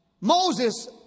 Moses